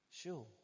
Sure